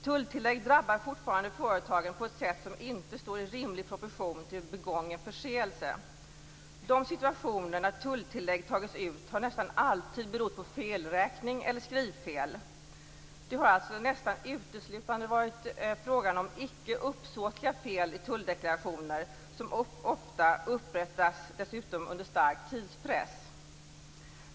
Tulltillägg drabbar fortfarande företagen på ett sätt som inte står i rimlig proportion till begången förseelse. De situationer när tulltillägg tagits ut har nästan alltid berott på felräkning eller skrivfel. Det har alltså nästan uteslutande varit fråga om icke uppsåtliga fel i tulldeklarationer. Sådana upprättats dessutom ofta under stark tidspress.